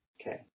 Okay